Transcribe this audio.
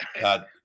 God